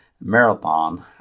Marathon